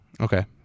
Okay